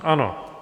Ano.